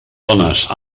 dones